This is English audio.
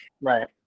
right